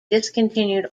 discontinued